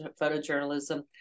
photojournalism